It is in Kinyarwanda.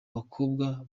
bakobwa